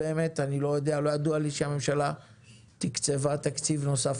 לא ידוע לי שהממשלה תקצבה תקציב נוסף